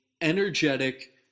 energetic